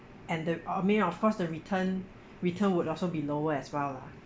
and the I mean of course the return return would also be lower as well lah